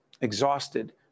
exhausted